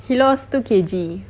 he lost two K_G